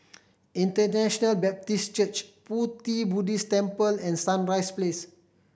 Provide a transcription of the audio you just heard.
International Baptist Church Pu Ti Buddhist Temple and Sunrise Place